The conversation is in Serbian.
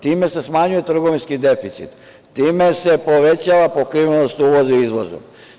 Time se smanjuje trgovinski deficit, time se povećava pokrivenost uvoza i izvoza.